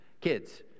Kids